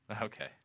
Okay